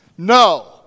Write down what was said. No